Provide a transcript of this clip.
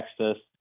Texas